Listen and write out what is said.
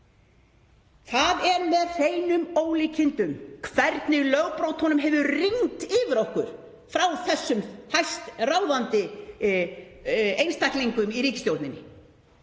Það er með hreinum ólíkindum hvernig lögbrotunum hefur rignt yfir okkur frá þessum hæstráðandi einstaklingum í ríkisstjórninni,